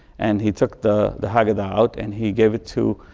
and he took the the haggadah out and he gave it to